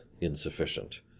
insufficient